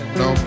no